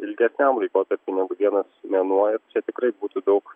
ilgesniam laikotarpiui negu vienas mėnuo ir čia tikrai būtų daug